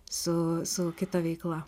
su su kita veikla